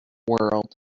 world